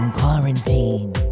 Quarantine